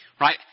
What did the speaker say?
right